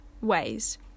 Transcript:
ways